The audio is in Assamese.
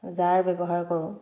জাৰ ব্যৱহাৰ কৰোঁ